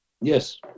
Yes